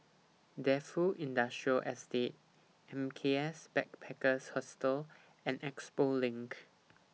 Defu Industrial Estate M K S Backpackers Hostel and Expo LINK